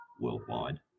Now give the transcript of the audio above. worldwide